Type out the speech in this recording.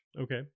okay